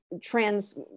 trans